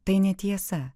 tai netiesa